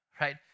right